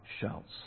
shouts